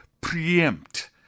preempt